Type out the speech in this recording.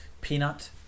peanut